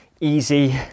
easy